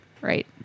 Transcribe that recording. right